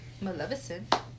Maleficent